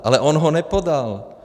Ale on ho nepodal!